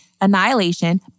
annihilation